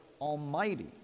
Almighty